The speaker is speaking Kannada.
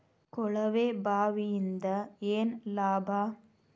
ಕೊಳವೆ ಬಾವಿಯಿಂದ ಏನ್ ಲಾಭಾ?